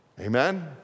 Amen